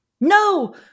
No